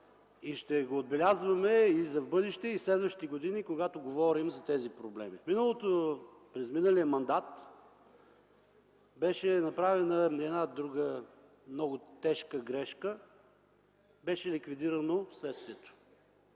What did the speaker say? Ще го отбелязваме и за в бъдеще, и в следващите години, когато говорим за тези проблеми. През миналия мандат беше направена една друга много тежка грешка – беше ликвидирано Следствието